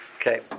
Okay